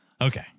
Okay